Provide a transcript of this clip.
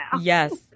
yes